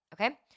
Okay